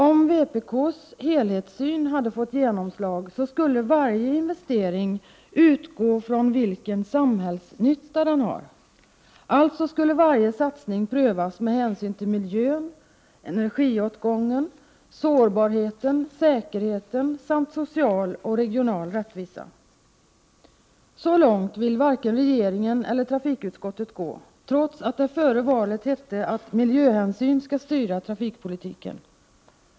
Om vpk:s helhetssyn hade fått genomslag, skulle varje investering utgå från den samhällsnytta som den har. Alltså skulle varje satsning prövas med hänsyn till miljön, energiåtgången, sårbarheten, säkerheten samt social och regional rättvisa. Så långt vill varken regeringen eller trafikutskottet gå, trots att det före valet hette att ”miljöhänsyn skall styra trafikpolitiken”.